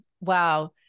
Wow